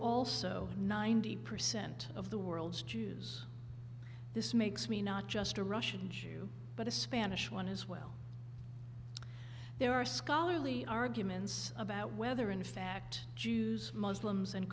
also ninety percent of the world's jews this makes me not just a russian jew but a spanish one as well there are scholarly arguments about whether in fact jews muslims and